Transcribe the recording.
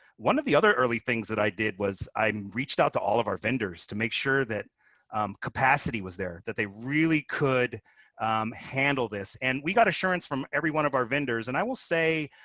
one of the other early things that i did was i reached out to all of our vendors to make sure that capacity was there that they really could handle this. and we got assurance from every one of our vendors. and i will say,